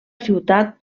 ciutat